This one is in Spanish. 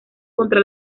contra